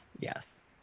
yes